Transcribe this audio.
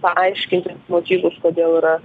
paaiškinti motyvus kodėl yra